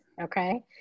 Okay